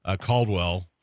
Caldwell